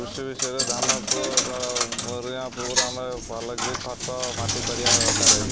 କୃଷି ବିଷୟରେ ଧାନକୁ ରୁଇଁଆ ପୂର୍ବରୁ ଆମେ ଭଲ କିରି ଖତ ମାଟି କରିବା ଦରକାରେ